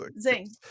zing